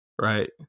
right